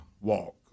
walk